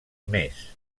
més